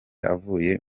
avuye